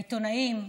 העיתונאים,